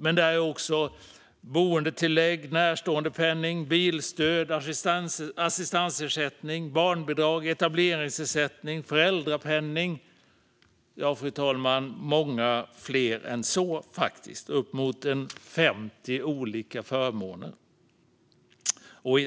Men det handlar också om boendetillägg, närståendepenning, bilstöd, assistansersättning, barnbidrag, etableringsersättning, föräldrapenning och många fler än så - uppemot 50 olika förmåner